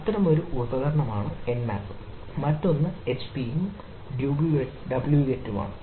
അത്തരമൊരു ഉപകരണം ൻമാപ് ഉം ആണ്